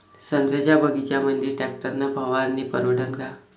संत्र्याच्या बगीच्यामंदी टॅक्टर न फवारनी परवडन का?